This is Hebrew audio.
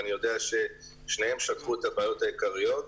ואני יודע ששניהם שטחו את הבעיות העיקריות.